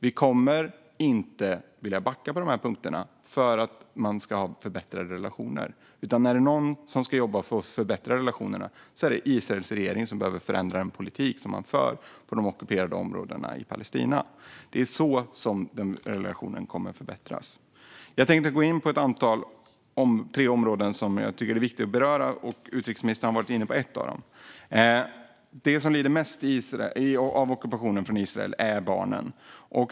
Vi kommer inte att vilja backa på dessa punkter för att det ska bli förbättrade relationer, utan är det någon som ska jobba för att förbättra relationerna så är det Israels regering som behöver förändra den politik som man för på de ockuperade områdena i Palestina. Det är på det sättet som relationerna kommer att förbättras. Jag tänkte gå in på tre områden som jag tycker är viktiga att beröra, och utrikesministern har varit inne på ett av dem. De som lider mest av ockupationen från Israel är barnen.